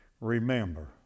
remember